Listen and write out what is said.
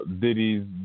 Diddy's